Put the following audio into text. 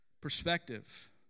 Perspective